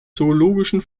zoologischen